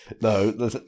No